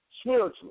spiritually